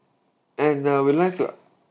and uh we'll like to